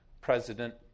President